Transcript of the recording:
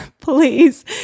please